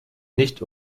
nicht